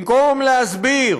במקום להסביר